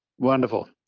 Wonderful